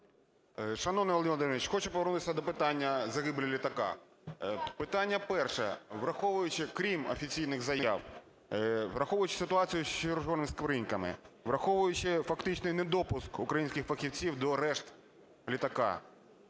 Шановний Володимир Володимирович, хочу повернутися до питання загибелі літака. Питання перше. Враховуючи, крім офіційних заяв, враховуючи ситуацію з "чорними скриньками", враховуючи фактичний недопуск українських фахівців до решт літака,